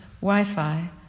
Wi-Fi